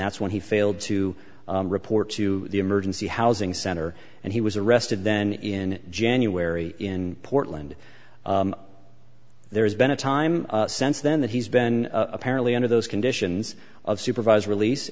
that's when he failed to report to the emergency housing center and he was arrested then in january in portland there's been a time since then that he's been apparently under those conditions of supervised release